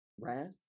wrath